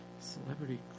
celebrity